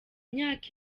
myaka